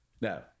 Now